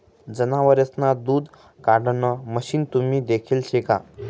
जनावरेसना दूध काढाण मशीन तुम्ही देखेल शे का?